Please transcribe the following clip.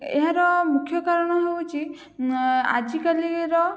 ଏହାର ମୁଖ୍ୟ କାରଣ ହେଉଛି ଆଜିକାଲିର